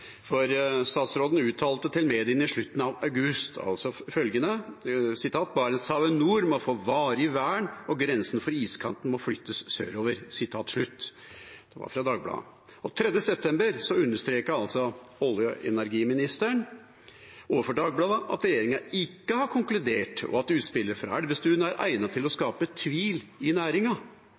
for statsråden uttalte til mediene, til Dagbladet, i slutten av august følgende: «Barentshavet nord må få varig vern og grensen for iskanten må flyttes sørover.» Samtidig understreket olje- og energiministeren overfor Dagbladet at regjeringa ikke har konkludert, og at utspillet fra statsråd Elvestuen er «egnet til å skape tvil i